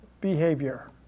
behavior